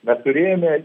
mes turėjome